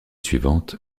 suivante